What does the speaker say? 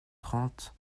trente